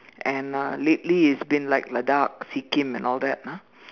and uh lately it's been like Ladakh Sikkim and all that ah